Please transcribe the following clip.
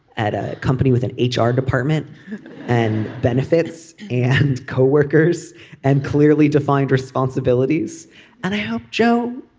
at a company with an h r. department and benefits and coworkers and clearly defined responsibilities and i hope joe